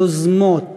יוזמות משרדיות,